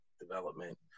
development